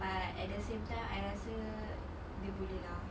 but at the same time I rasa dia boleh lah